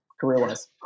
career-wise